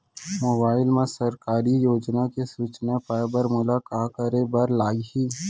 mobile मा सरकारी योजना के सूचना पाए बर मोला का करे बर लागही